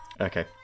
Okay